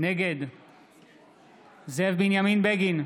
נגד זאב בנימין בגין,